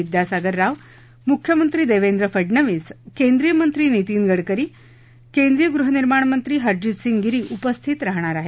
विद्यासागर राव मुख्यमंत्री देवेंद्र फडनवीस केंद्रीय मंत्री नितिन गडकरी केंद्रीय गृहनिर्माणमंत्री हर्जीत सिंह गिरी उपस्थित राहणार आहेत